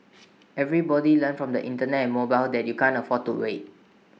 everybody learned from the Internet and mobile that you can't afford to wait